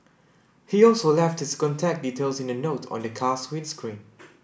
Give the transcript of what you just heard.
he also left his contact details in a note on the car's windscreen